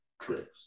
Tricks